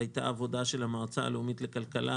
הייתה עבודה של המועצה הלאומית לכלכלה,